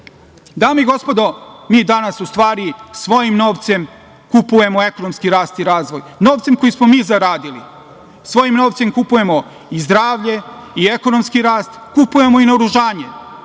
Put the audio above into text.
i gospodo, mi danas u stvari svojim novcem kupujemo ekonomski rast i razvoj, novcem koji smo mi zaradili. Svojim novcem kupujemo i zdravlje i ekonomski rast. Kupujemo i naoružanje